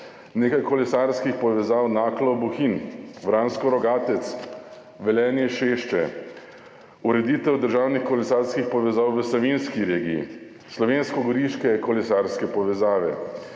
nekaj kolesarskih povezav, Naklo–Bohinj, Vransko–Rogatec, Velenje–Šešče, ureditev državnih kolesarskih povezav v Savinjski regiji, slovenskogoriške kolesarske povezave,